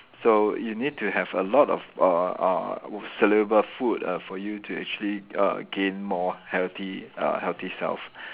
so you need to have a lot of uh uh w~ soluble food uh for you to actually uh gain more healthy uh healthy self